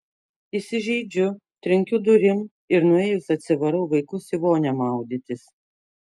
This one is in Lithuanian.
įsižeidžiu trenkiu durim ir nuėjus atsivarau vaikus į vonią maudytis